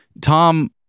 Tom